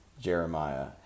Jeremiah